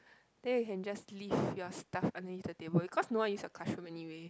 then you can just leave your stuff underneath the table because no one use your classroom anyway